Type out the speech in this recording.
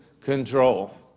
control